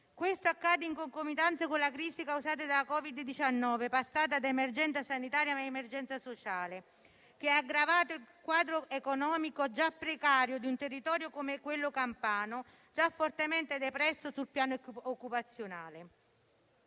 Questo accade in concomitanza con la crisi causata da Covid-19, passata da emergenza sanitaria a emergenza sociale, che ha aggravato il quadro economico già precario di un territorio come quello campano, già fortemente depresso sul piano occupazionale.